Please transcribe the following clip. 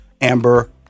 Amber